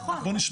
נכון.